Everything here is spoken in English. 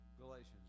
Galatians